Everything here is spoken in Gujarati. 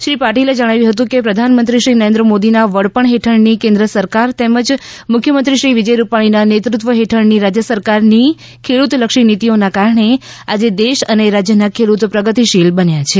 શ્રી પાટીલે જણાવ્યું હતું કે પ્રધાનમંત્રીશ્રી નરેન્દ્ર મોદીના વડપણ હેઠળની કેન્દ્ર સરકાર તેમજ મુખ્યમંત્રીશ્રી વિજય રૂપાણી ના નેતૃત્વ હેઠળની રાજ્ય સરકારની ખેડૂતલક્ષી નીતિઓના કારણે આજે દેશ અને રાજ્યના ખેડૂત પ્રગતિશીલ બન્યા છે